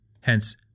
Hence